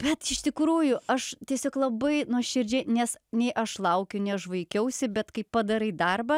bet iš tikrųjų aš tiesiog labai nuoširdžiai nes nei aš laukiu nei aš vaikiausi bet kai padarai darbą